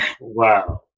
Wow